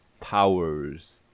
powers